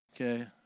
okay